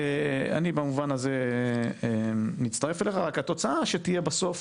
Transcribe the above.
במובן הזה אני מצטרף אליך, רק שהתוצאה שתהיה בסוף